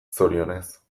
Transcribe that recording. zorionez